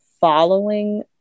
following